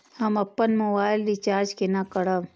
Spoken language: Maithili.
हम अपन मोबाइल रिचार्ज केना करब?